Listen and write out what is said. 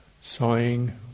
sighing